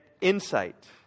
insight